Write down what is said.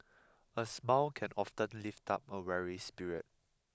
a smoke can often lift up a weary spirit